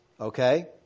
Okay